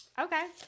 Okay